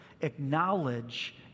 acknowledge